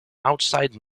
outside